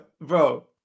Bro